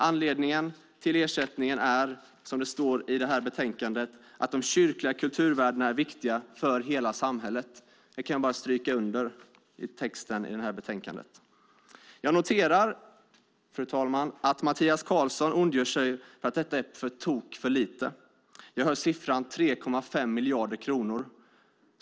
Anledningen till ersättningen är, som det står i det här betänkandet, att de kyrkliga kulturvärdena är viktiga för hela samhället. Den texten i betänkandet kan jag bara stryka under. Jag noterar, fru talman, att Mattias Karlsson ondgör sig över att det är på tok för lite. Vi hör siffran 3,5 miljarder kronor.